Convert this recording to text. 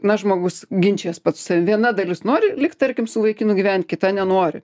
na žmogus ginčijas pats viena dalis nori likt tarkim su vaikinu gyvent kita nenori